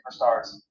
superstars